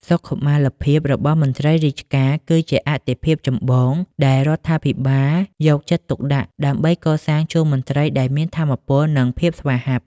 សុខុមាលភាពរបស់មន្ត្រីរាជការគឺជាអាទិភាពចម្បងដែលរដ្ឋាភិបាលយកចិត្តទុកដាក់ ដើម្បីកសាងជួរមន្ត្រីដែលមានថាមពល និងភាពស្វាហាប់។